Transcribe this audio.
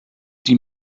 die